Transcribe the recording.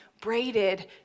braided